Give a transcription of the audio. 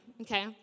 okay